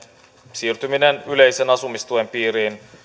siirtyminen yleisen asumistuen piiriin